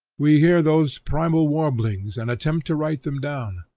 we hear those primal warblings and attempt to write them down,